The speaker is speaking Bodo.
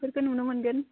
बेफोरखौ नुनो मोनगोन